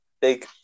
Big